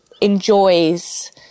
enjoys